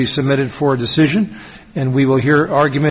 be submitted for decision and we will hear argument